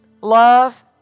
love